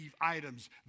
items